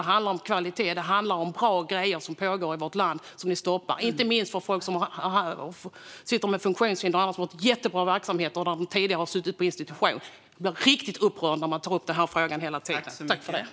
Det handlar om kvalitet och om bra grejer som pågår i vårt land som ni nu vill stoppa. Inte minst har folk med funktionshinder fått jättebra verksamheter i stället för att, som tidigare, sitta på institution. Jag blir riktigt upprörd när man tar upp den här frågan hela tiden!